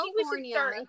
California